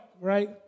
right